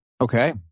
Okay